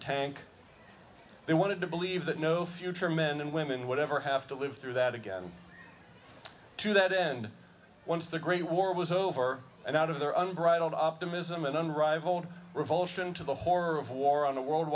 tank they wanted to believe that no future men and women would ever have to live through that again to that end once the great war was over and out of their unbridled optimism and unrivaled revulsion to the horror of war on a world